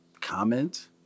comment